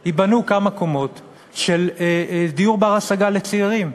ייבנו כמה קומות של דיור בר-השגה לצעירים?